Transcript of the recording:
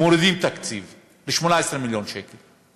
מורידים את התקציב ל-18 מיליון שקל.